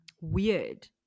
Weird